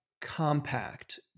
compact